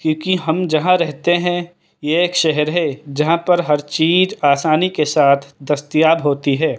کیونکہ ہم جہاں رہتے ہیں یہ ایک شہر ہے جہاں پر ہر چیز آسانی کے ساتھ دستیاب ہوتی ہے